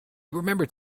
remembered